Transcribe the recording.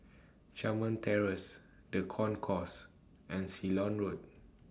Carmen Terrace The Concourse and Ceylon Road